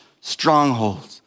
strongholds